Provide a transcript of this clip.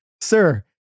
Sir